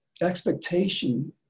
expectation